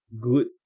good